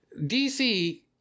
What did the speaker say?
DC